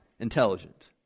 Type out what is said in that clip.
Intelligent